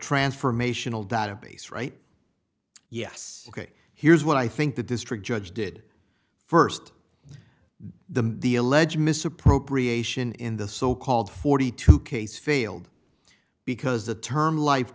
transformational database right yes ok here's what i think the district judge did st the the alleged misappropriation in the so called forty two case failed because the term life